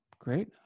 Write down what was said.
Great